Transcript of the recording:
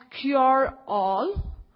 cure-all